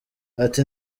ati